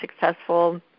successful